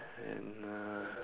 and uh